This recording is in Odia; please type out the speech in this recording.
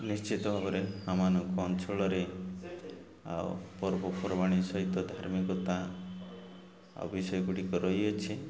ନିଶ୍ଚିତ ଭାବରେ ଆମମାନଙ୍କ ଅଞ୍ଚଳରେ ଆଉ ପର୍ବପର୍ବାଣୀ ସହିତ ଧାର୍ମିକତା ଆଉ ବିଷୟ ଗୁଡ଼ିକ ରହିଅଛି